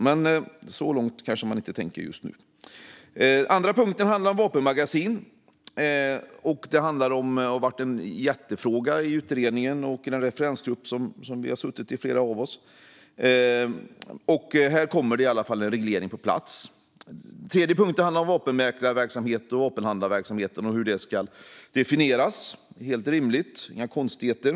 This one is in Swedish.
Men så långt kanske man inte tänker just nu. Den andra punkten handlar om vapenmagasin. Det har varit en jättefråga för utredningen och den referensgrupp som flera av oss har suttit i. Här kommer det i varje fall en reglering på plats. Den tredje punkten handlar om vapenmäklar och vapenhandlarverksamheten och hur det ska definieras. Det är helt rimligt och inga konstigheter.